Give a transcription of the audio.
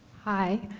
hi,